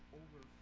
over